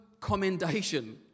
commendation